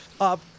up